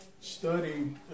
study